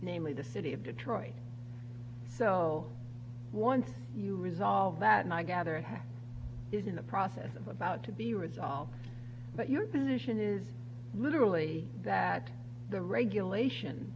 namely the city of detroit so once you resolve that and i gather that is in the process i'm about to be resolved but your position is literally that the regulation